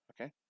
Okay